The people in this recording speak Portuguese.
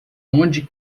onde